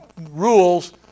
rules